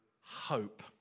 hope